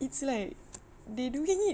it's like they doing it